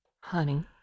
honey